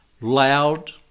loud